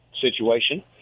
situation